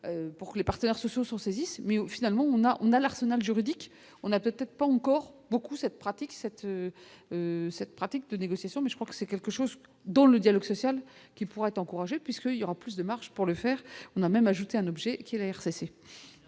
pour les partenaires sociaux s'en saisisse oui au finalement on a, on a l'arsenal juridique, on n'a peut-être pas encore beaucoup cette pratique cette cette pratique de négociations mais je crois que c'est quelque chose dans le dialogue social qui pourrait encourager puisque il y aura plus de marche pour le faire, on a même ajouté un objet qui est la RCC.